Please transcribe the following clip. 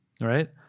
Right